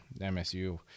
MSU